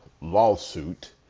lawsuit